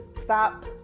stop